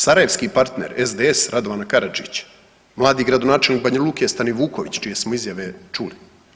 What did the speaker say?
Sarajevski partner SDSS Radovana Karadžića, mladi gradonačelnik Banja Luke Stanivuković čije smo izjave čuli.